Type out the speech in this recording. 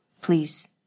Please